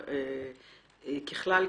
ככלל,